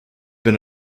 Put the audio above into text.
been